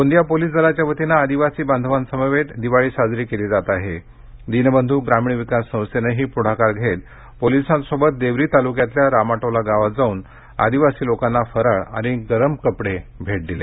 Gondia police दलाच्या वतीने आदिवासी बांधवांसोबत दिवाळी साजरी केली जात आहे दीनबंध् ग्रामीण विकास संस्थेनही पुढाकार घेत पोलिसांसोबत देवरी तालुक्यातील रामाटोला गावात जाऊन आदीवासी लोकांना फराळ आणि गरम कपडे भेट दिले